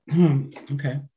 Okay